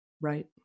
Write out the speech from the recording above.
right